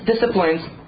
disciplines